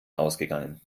ausgegangen